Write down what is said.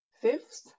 Fifth